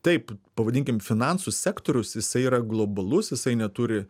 taip pavadinkim finansų sektorius jisai yra globalus jisai neturi